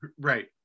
Right